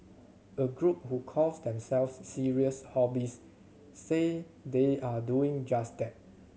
a group who calls themselves serious hobbyists say they are doing just that